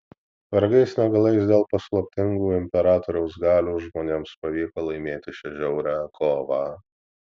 vargais negalais dėl paslaptingų imperatoriaus galių žmonėms pavyko laimėti šią žiaurią kovą